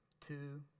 two